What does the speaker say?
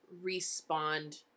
respond